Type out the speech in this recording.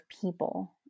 people